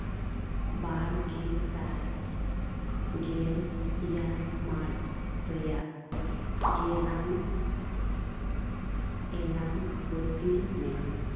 ᱵᱟᱨᱜᱮ ᱥᱟᱭ ᱜᱮᱞ ᱤᱭᱟᱨ ᱢᱟᱨᱪ ᱨᱮᱭᱟᱜ ᱜᱮᱞᱟᱝ ᱮᱞᱟᱝ ᱵᱟᱹᱛᱤᱞ ᱢᱮ